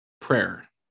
prayer